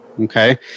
Okay